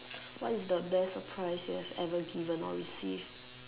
what is the best surprise you have ever given or received